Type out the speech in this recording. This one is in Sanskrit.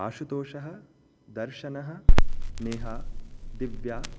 आशुतोषः दर्शनः नेहा दिव्या